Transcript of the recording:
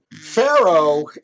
Pharaoh